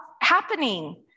happening